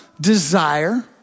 desire